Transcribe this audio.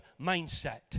mindset